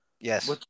Yes